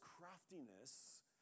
craftiness